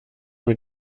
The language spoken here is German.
mit